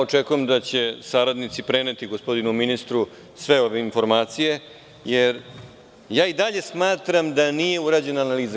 Očekujem da će saradnici preneti gospodinu ministru sve ove informacije, jer i dalje smatram da nije urađena analiza.